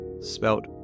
spelt